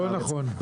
לא נכון.